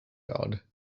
guard